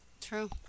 true